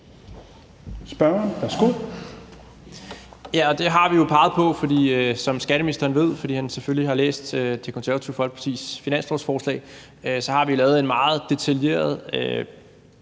skatteministeren ved, fordi han selvfølgelig har læst Det Konservative Folkepartis finanslovsforslag, har vi lavet en meget detaljeret